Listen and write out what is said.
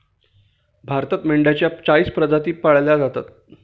भारतात मेंढ्यांच्या चाळीस प्रजाती पाळल्या जातात